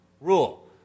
rule